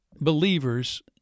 believers